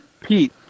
Pete